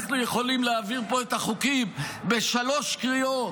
אנחנו יכולים להעביר פה את החוקים בשלוש קריאות,